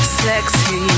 sexy